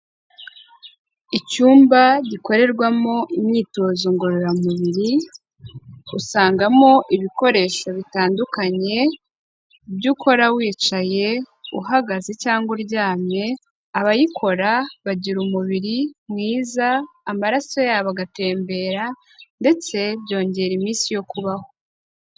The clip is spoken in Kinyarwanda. Icyumba gikorerwamo imyitozo ngororamubiri, usangamo ibikoresho bitandukanye ibyo ukora wicaye, uhagaze cyangwa uryamye, abayikora bagira umubiri mwiza amaraso yabo agatembera ndetse byongera iminsi yo kubaho.